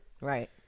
Right